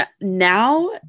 Now